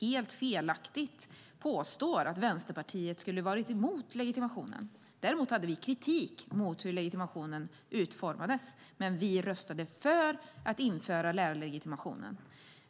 Helt felaktigt påstår han att Vänsterpartiet ska ha varit emot legitimationen. Vi hade kritik mot hur legitimationen utformades, men vi röstade för att införa lärarlegitimationen.